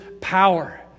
power